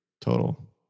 total